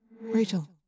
Rachel